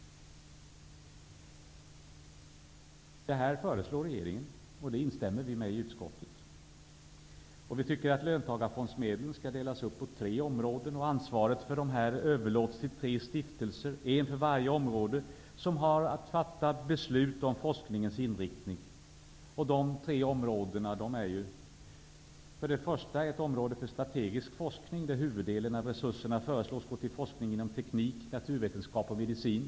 Detta föreslår regeringen, och utskottet instämmer. Vi tycker att löntagarfondsmedlen skall delas upp på tre områden. Ansvaret för dessa föreslås överlåtas till tre stiftelser, en för varje område, som har att fatta beslut om forskningens inriktning. De tre områdena föreslås bli följande: För det första ett område för strategisk forskning, där huvuddelen av resurserna föreslås gå till forskning inom teknik, naturvetenskap och medicin.